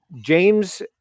James